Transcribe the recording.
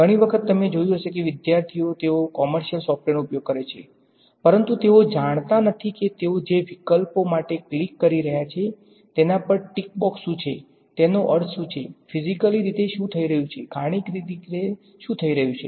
ઘણી વખત તમે જોયું હશે કે વિદ્યાર્થીઓ તેઓ કોમર્શિયલ સોફ્ટવેરનો ઉપયોગ કરે છે પરંતુ તેઓ જાણતા નથી કે તેઓ જે વિકલ્પો માટે ક્લિક કરી રહ્યા છે તેના પર ટિક બોક્સ શું છે તેનો અર્થ શું છે ફીઝીકલી રીતે શું થઈ રહ્યું છે ગાણિતિક રીતે શું થઈ રહ્યું છે